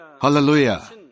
Hallelujah